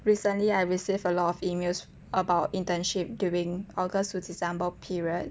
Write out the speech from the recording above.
recently I received a lot of emails about internship during august to december period